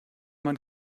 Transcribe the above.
man